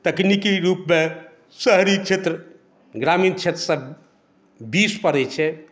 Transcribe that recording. तकनीकी रूपमे शहरी क्षेत्र ग्रामीण क्षेत्रसँ बीस पड़ैत छै